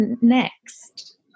next